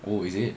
oh is it